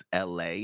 LA